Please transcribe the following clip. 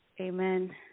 Amen